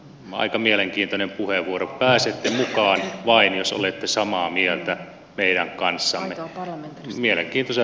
aika mielenkiintoinen puheenvuoro tai sitten mukaan vain jos olette samaa mieltä pian kanssaan vieläkin sen